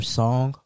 song